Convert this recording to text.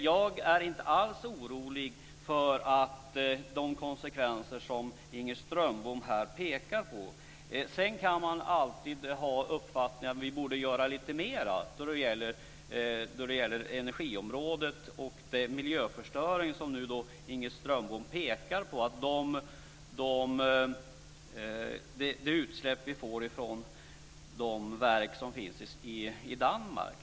Jag är inte alls orolig för de konsekvenser som Inger Strömbom pekar på. Sedan kan man alltid ha uppfattningen att vi borde göra lite mera på energiområdet och när det gäller den miljöförstöring som Inger Strömbom pekar på, utsläppen från de verk som finns i Danmark.